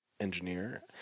engineer